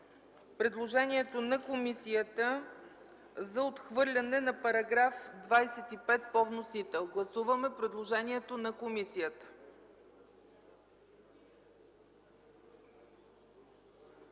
предложението на комисията за отхвърляне на § 25 по вносител. Гласуваме предложението на комисията.